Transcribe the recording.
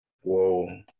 Whoa